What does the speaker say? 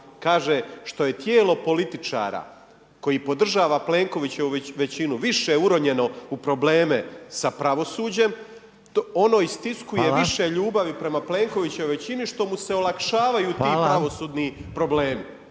Kaže, što je tijelo političara koji podržava plenkovićevu većinu više uronjeno u probleme sa pravosuđem, ono istiskuje više ljubavi prema plenkovićevoj većini, što mu se olakšavaju ti pravosudni problemi.